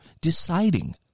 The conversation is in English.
deciding